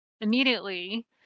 immediately